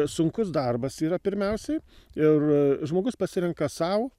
sunkus darbas yra pirmiausiai ir žmogus pasirenka sau